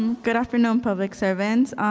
good afternoon public servants.